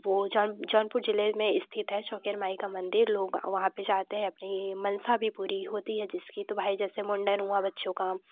वह जौ जौनपुर जिले में स्थित है छेन्कियन माई का मंदिर लोग वहाँ पर जाते हैं अपनी मंशा भी पूरी होती है जिसकी तो भाई जैसे मुंडन हुआ बच्चों का